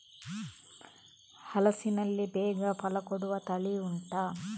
ಹಲಸಿನಲ್ಲಿ ಬೇಗ ಫಲ ಕೊಡುವ ತಳಿ ಉಂಟಾ